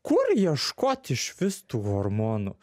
kur ieškot iš vis tų hormonų